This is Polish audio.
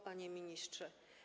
Panie Ministrze!